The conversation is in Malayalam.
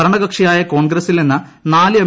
ഭരണകക്ഷിയായ കോണ്ട്രിക്സിൽ നിന്ന് നാല് എം